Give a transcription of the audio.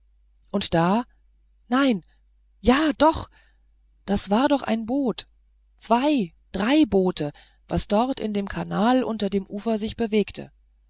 und da nein ja doch das war doch ein boot zwei drei boote was dort in dem kanal unter dem ufer sich bewegte